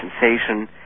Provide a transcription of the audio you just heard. sensation